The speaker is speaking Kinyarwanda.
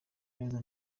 neza